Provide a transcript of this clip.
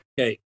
okay